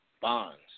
bonds